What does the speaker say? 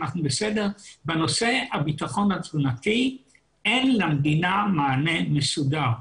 אנחנו בסדר בנושא הבטחון התזונתי אין למדינה מענה מסודר.